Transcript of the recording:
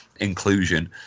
inclusion